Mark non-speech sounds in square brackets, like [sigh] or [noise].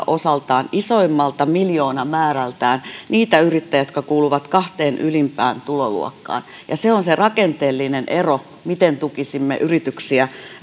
[unintelligible] osaltaan isoimmalta miljoonamäärältään niitä yrittäjiä jotka kuuluvat kahteen ylimpään tuloluokkaan se on se rakenteellinen ero miten tukisimme yrityksiä